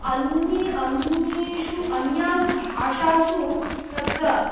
अन्ये अन्येषु अन्यासु भाषासु तत्र